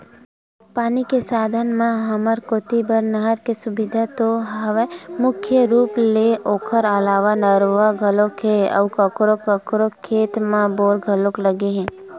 पानी के साधन म हमर कोती बर नहर के सुबिधा तो हवय मुख्य रुप ले ओखर अलावा नरूवा घलोक हे अउ कखरो कखरो खेत म बोर घलोक लगे हे